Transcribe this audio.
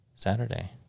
Saturday